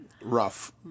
Rough